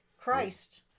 Christ